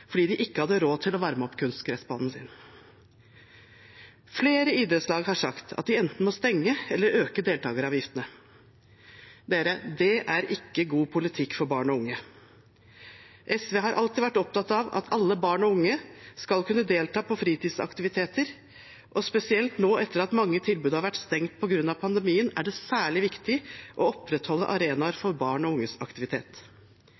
fordi de ikke hadde råd til å varme opp kunstgressbanen sin. Flere idrettslag har sagt at de enten må stenge eller øke deltakeravgiftene. Det er ikke god politikk for barn og unge. SV har alltid vært opptatt av at alle barn og unge skal kunne delta på fritidsaktiviteter, og spesielt nå, etter at mange tilbud har vært stengt på grunn av pandemien, er det særlig viktig å opprettholde arenaer for barn og unges aktivitet.